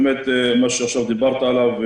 מה שעכשיו דיברת עליו,